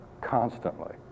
constantly